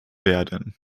werden